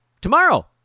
Tomorrow